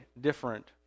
different